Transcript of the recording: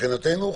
מבחינתנו הוכרע.